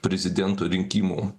prezidento rinkimų